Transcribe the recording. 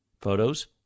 photos